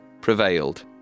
prevailed